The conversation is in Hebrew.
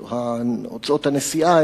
את הוצאות הנסיעה,